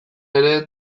ere